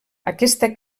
aquesta